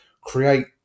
create